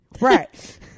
Right